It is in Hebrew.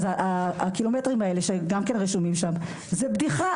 אז הקילומטרים האלה, שגם כן רשומים שם, זה בדיחה.